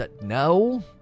No